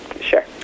Sure